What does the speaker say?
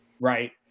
right